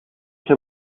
heb